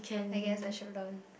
I guess I should learn